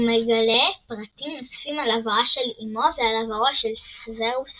הוא מגלה פרטים נוספים על עברה של אימו ועל עברו של סוורוס